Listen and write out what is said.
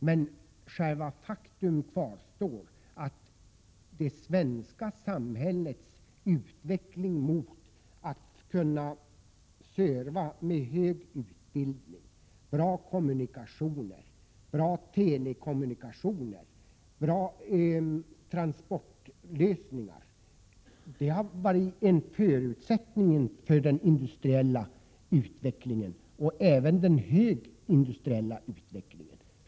Men faktum kvarstår: Det svenska samhällets utveckling mot service i form av hög utbildning, bra kommunikationer, bra telekommunikationer och bra transportlösningar har varit en förutsättning för den industriella utvecklingen — och då även för den högindustriella utvecklingen.